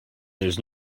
there’s